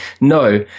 no